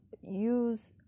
use